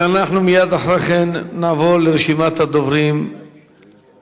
ומייד אחרי כן נעבור לרשימת הדוברים על הצעת החוק.